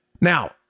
Now